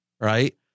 right